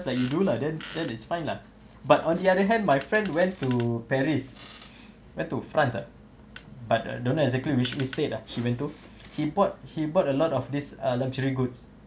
it's like you do lah then that is fine lah but on the other hand my friend went to paris went to france ah but uh don't exactly which which state ah he went to he bought he bought a lot of this uh luxury goods